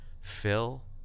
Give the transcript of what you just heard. fill